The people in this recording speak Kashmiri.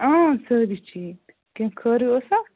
سٲری ٹھیٖک کینٛہہ خٲرٕے اوسا